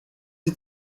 sie